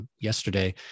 yesterday